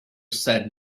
said